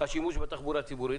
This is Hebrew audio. השימוש בתחבורה הציבורית,